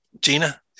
Gina